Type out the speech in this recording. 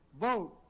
Vote